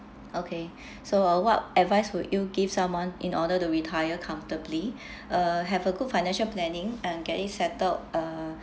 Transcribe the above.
okay so uh what advice would you give someone in order to retire comfortably uh have a good financial planning and getting settled uh